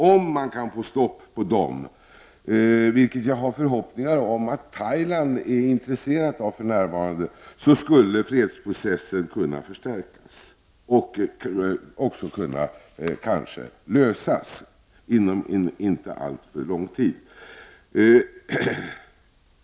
Om man kan få stopp på dem, vilket jag har förhoppningar om att Thailand för närvarande är intresserat av, skulle fredsprocessen kunna förstärkas och problemen kanske kunna lösas inom en inte alltför lång tid.